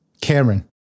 Cameron